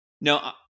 no